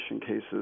cases